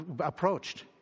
approached